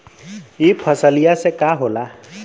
ई फसलिया से का होला?